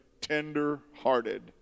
tender-hearted